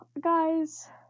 guys